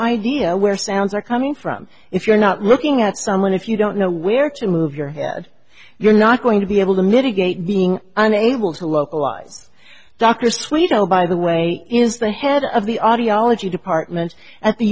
idea where sounds are coming from if you're not looking at someone if you don't know where to move your head you're not going to be able to mitigate being unable to localize dr sweet oh by the way is the head of the audiology department at the